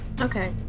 okay